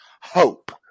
Hope